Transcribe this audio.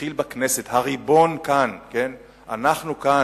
שהתחיל בכנסת, הריבון כאן, אנחנו כאן,